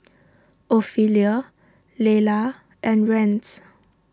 Ophelia Leila and Rance